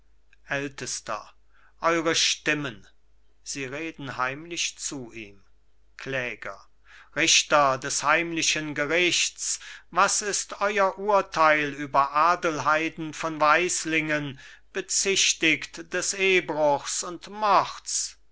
ältester eure stimmen sie reden heimlich zu ihm kläger richter des heimlichen gerichts was ist euer urteil über adelheiden von weislingen bezüchtigt des ehebruchs und mords